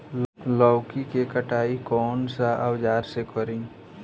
लौकी के कटाई कौन सा औजार से करी?